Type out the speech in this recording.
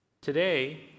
Today